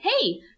hey